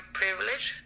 privilege